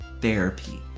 therapy